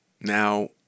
Now